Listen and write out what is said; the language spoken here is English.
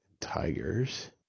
tigers